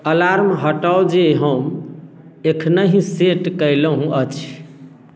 alarm हटाउ जे हम एखनहि सेट कयलहुँ अछि